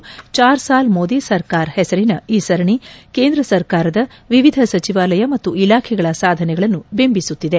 ಚಾರ್ ಸಾಲ್ ಮೋದಿ ಸರ್ಕಾರ್ ಹೆಸರಿನ ಈ ಸರಣಿ ಕೇಂದ್ರ ಸರಕಾರದ ವಿವಿಧ ಸಚಿವಾಲಯ ಮತ್ತು ಇಲಾಖೆಗಳ ಸಾಧನೆಗಳನ್ನು ಬಿಂಬಿಸುತ್ತಿದೆ